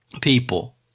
people